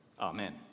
Amen